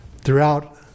throughout